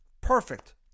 Perfect